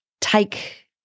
take